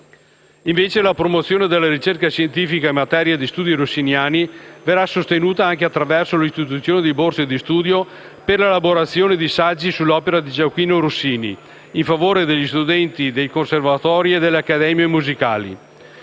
4; *c)* promozione della ricerca scientifica in materia di studi rossiniani, anche attraverso l'istituzione di borse di studio per l'elaborazione di saggi sull'opera di Gioachino Rossini, in favore degli studenti dei conservatori e delle accademie musicali;